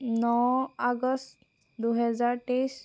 ন August দুহেজাৰ তেইছ